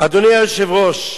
אדוני היושב-ראש,